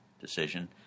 decision